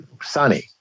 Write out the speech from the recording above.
sunny